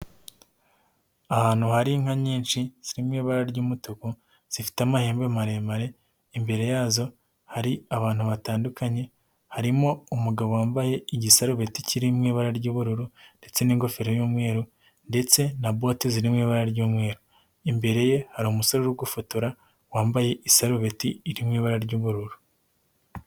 Ahantu hari inka nyinshi zirimo ibara ry'umutuku, zifite amahembe maremare, imbere yazo hari abantu batandukanye, harimo umugabo wambaye igisarubeti kiriri mu ibara ry'ubururu ndetse n'ingofero y'umweru ndetse na bote ziri mu ibara ry'umweru, imbere ye hari umusore uri gofotora wambaye isarubeti iri mu ibara ry'ubururu.